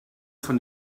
von